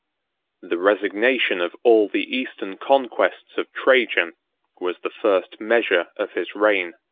the resignation of all the eastern conquests of trajan was the first measure of his reign.